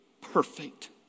perfect